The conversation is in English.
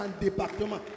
département